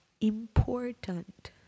important